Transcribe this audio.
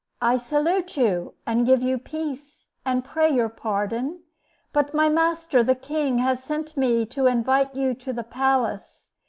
i salute you, and give you peace, and pray your pardon but my master, the king, has sent me to invite you to the palace,